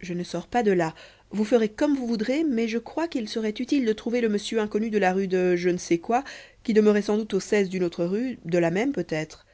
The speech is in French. je ne sors pas de là vous ferez comme vous voudrez mais je crois qu'il serait utile de trouver le monsieur inconnu de la rue de je ne sais pas quoi qui demeurait sans doute au d'une autre rue de la même peut-être